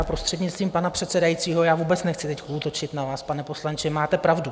Prostřednictvím pana předsedajícího, já vůbec teď nechci útočit na vás, pane poslanče, máte pravdu.